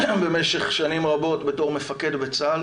במשך שנים רבות בתור מפקד בצה"ל